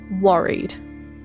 worried